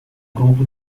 grupo